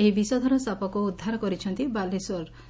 ଏହି ବିଷଧର ସାପକୁ ଉଦ୍ଧାର କରିଛନ୍ତି ବାଲେଶ୍ୱର